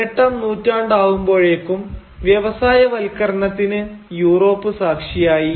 പതിനെട്ടാം നൂറ്റാണ്ടാവുമ്പോഴേക്കും വ്യവസായവൽക്കരണത്തിന് യൂറോപ്പ് സാക്ഷിയായി